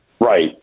Right